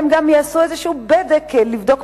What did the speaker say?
הם גם יעשו בדק כלשהו,